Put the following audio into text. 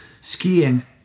skiing